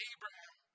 Abraham